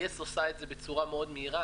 יס עושה את זה בצורה מאוד מהירה.